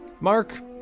Mark